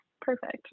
perfect